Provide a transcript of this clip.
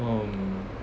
um